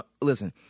Listen